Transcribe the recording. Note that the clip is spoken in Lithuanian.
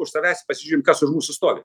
už savęs pasižiūrim kas už mūsų stovi